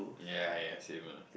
ya ya same ah